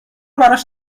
براش